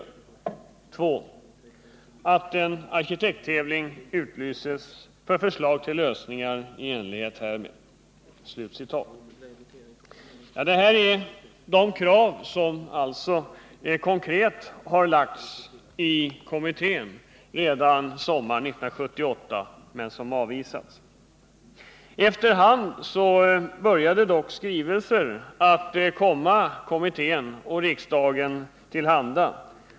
Dessa förslag har alltså konkret lagts fram i kommittén redan sommaren 1978, men avvisats. Efter hand började dock skrivelser komma riksdagen och kommittén till handa.